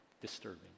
disturbing